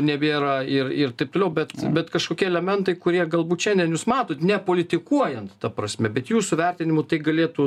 nebėra ir ir taip toliau bet bet kažkokie elementai kurie galbūt šiandien jūs matot nepolitikuojant ta prasme bet jūsų vertinimu tai galėtų